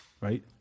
right